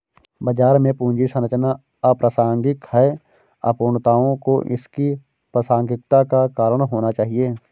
बाजार में पूंजी संरचना अप्रासंगिक है, अपूर्णताओं को इसकी प्रासंगिकता का कारण होना चाहिए